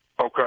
Okay